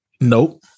Nope